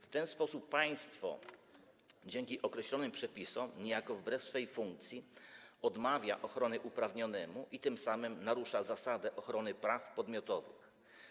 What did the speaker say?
W ten sposób państwo dzięki określonym przepisom niejako wbrew swej funkcji odmawia ochrony uprawnionemu i tym samym narusza zasadę ochrony praw podmiotowych.